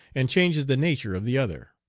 and changes the nature of the other.